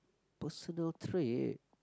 personal trait